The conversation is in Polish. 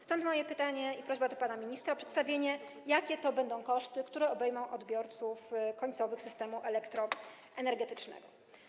Stąd moje pytanie i prośba do pana ministra o przedstawienie, jakie koszty obejmą odbiorców końcowych systemu elektroenergetycznego.